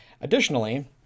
Additionally